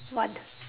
what